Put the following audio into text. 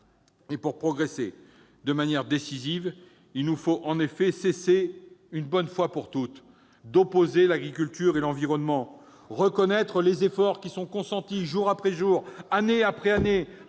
pour progresser de manière décisive, il nous faut cesser une bonne fois pour toutes d'opposer agriculture et environnement, reconnaître les efforts consentis jour après jour, année après année,